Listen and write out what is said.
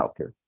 healthcare